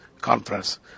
Conference